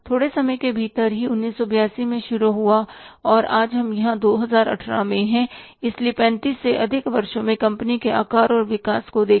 थोड़े समय के ही भीतर 1982 में शुरू हुआ और आज हम यहां 2018 में हैं इसलिए 35 से अधिक वर्षों में कंपनी के आकार और विकास को देखें